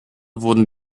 wurden